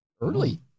Early